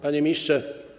Panie Ministrze!